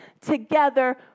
together